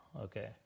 Okay